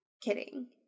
Kidding